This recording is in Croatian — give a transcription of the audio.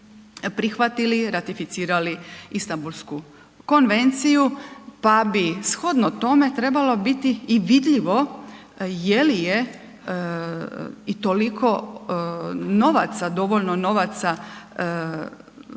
prihvatili i ratificirali Istambulsku konvenciju, pa bi shodno tome trebalo biti i vidljivo je li je i toliko novaca, dovoljno novaca